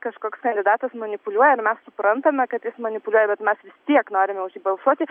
kažkoks kandidatas manipuliuoja ir mes suprantame kad jis manipuliuoja bet mes vis tiek norime už jį balsuoti